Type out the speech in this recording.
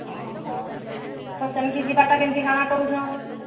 ଓହୋଃ ତ ସେମିତି ଯିବା ଟା କେମିତି କାଣା କରୁଛ